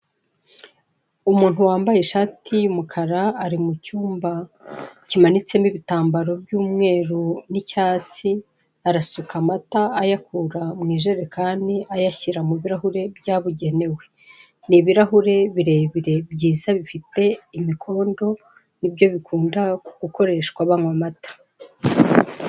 Umuntu wambaye ishati y'umukara ari mu cyumba kimanitse mo ibitambaro by'umweru n'icyatsi, arasuka amata ayakura, mu ijerekani, ayashyire mu birahure byabugenewe, ni ibirahure birebire byiza bifite imikondo, nibyo bikunda gukoreshwa banywa amata.